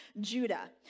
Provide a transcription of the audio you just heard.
Judah